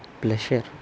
Pleasure